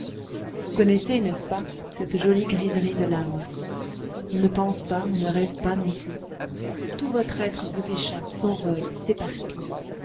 vous connaissez n'est-ce pas cette jolie griserie de l'âme on ne pense pas on ne rêve pas non plus tout votre être vous échappe s'envole s'éparpille